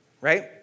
right